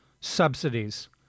subsidies